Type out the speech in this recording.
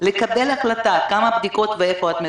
לקבל החלטה כמה בדיקות ואיפה את מבצעת,